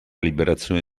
liberazione